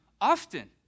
often